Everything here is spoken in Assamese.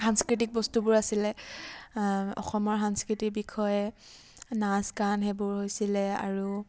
সাংস্কৃতিক বস্তুবোৰ আছিলে অসমৰ সাংস্কৃতিৰ বিষয়ে নাচ গান সেইবোৰ হৈছিলে আৰু